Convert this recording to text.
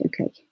okay